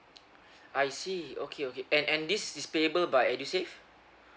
I see okay okay and and this is payable by edusave